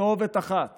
כתובת אחת